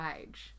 age